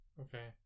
Okay